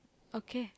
okay